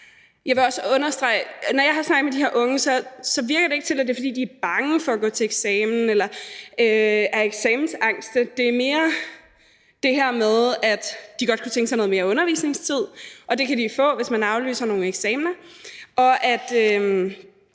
Jeg vil også understrege, at når jeg har snakket med de her unge, virker det ikke til, at det er, fordi de er bange for at gå til eksamen eller er eksamensangste; det er mere det her med, at de godt kunne tænke sig noget mere undervisningstid – og det kan de få, hvis man aflyser nogle eksamener